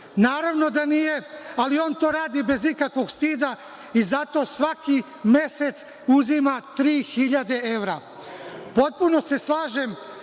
Naravno da nije, ali on to radi bez ikakvog stida i zato svaki mesec uzima 3.000 evra. Potpuno se slažem